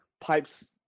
pipes